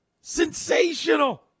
sensational